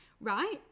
right